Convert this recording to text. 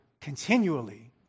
continually